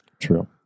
True